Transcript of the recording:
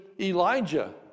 Elijah